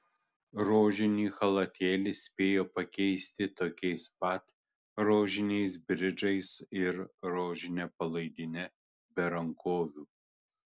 rožinį chalatėlį spėjo pakeisti tokiais pat rožiniais bridžais ir rožine palaidine be rankovių